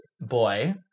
boy